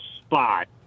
spot